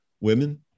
women